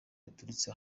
baturutse